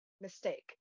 Mistake